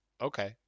okay